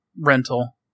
rental